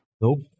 Nope